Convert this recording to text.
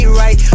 right